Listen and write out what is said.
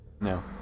No